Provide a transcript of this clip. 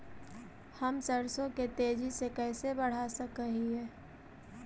हम सरसों के तेजी से कैसे बढ़ा सक हिय?